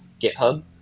GitHub